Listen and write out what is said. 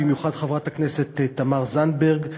במיוחד חברת הכנסת תמר זנדברג,